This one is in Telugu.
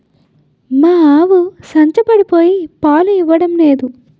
మా ఆవు సంచపడిపోయి పాలు ఇవ్వడం నేదు